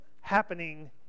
happening